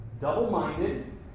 Double-minded